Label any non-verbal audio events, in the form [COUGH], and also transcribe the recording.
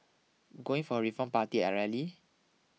going for a Reform Party [HESITATION] rally